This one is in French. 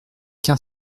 qu’un